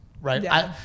Right